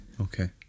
Okay